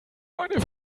eine